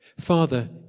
Father